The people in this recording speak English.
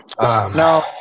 No